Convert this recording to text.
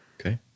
okay